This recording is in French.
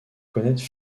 connaître